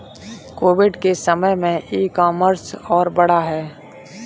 Covid के समय में ई कॉमर्स और बढ़ा है